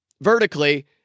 vertically